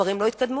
דברים לא התקדמו.